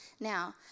Now